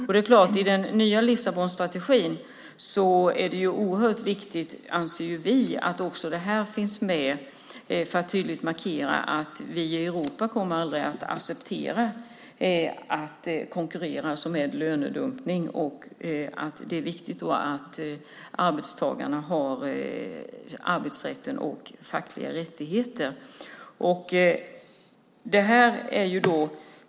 I den nya Lissabonstrategin är det oerhört viktigt att också detta finns med för att tydligt markera att vi i Europa aldrig kommer att acceptera att man konkurrerar genom lönedumpning. Därför är det viktigt att arbetstagarna har arbetsrätten och fackliga rättigheter.